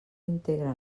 integra